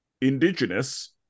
indigenous